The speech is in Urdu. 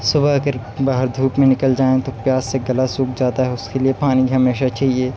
صبح اگر باہر دھوپ میں نکل جائیں تو پیاس سے گلا سوکھ جاتا ہے اس کے لیے پانی ہمیشہ چاہیے